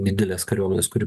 didelės kariuomenės kur